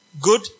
good